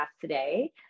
today